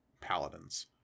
paladins